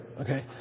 okay